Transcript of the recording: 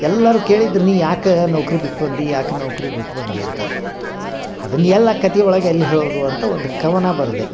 ಎಲ್ಲರೂ ಕೇಳಿದ್ರು ನೀ ಯಾಕೆ ನೌಕರಿ ಬಿಟ್ಟು ಬಂದೆ ಯಾಕೆ ನೌಕರಿ ಬಿಟ್ಟು ಬಂದೆ ಅಂತ ಅದನ್ನು ಎಲ್ಲ ಕತೆ ಒಳ್ಗೆ ಎಲ್ಲಿ ಹೇಳುವುದು ಅಂತ ಒಂದು ಕವನ ಬರೆದೆ